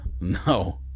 No